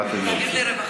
מה אתם מציעים?